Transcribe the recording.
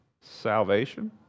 salvation